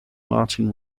martin